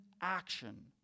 action